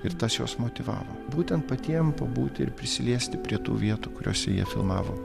ir tas juos motyvavo būtent patiem pabūti ir prisiliesti prie tų vietų kuriose jie filmavo